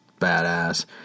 badass